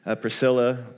Priscilla